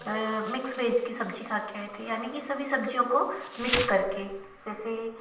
mix veg की सब्ज़ी खाके आए थे यानी कि सभी सब्ज़ियों को मिक्स करके जैसे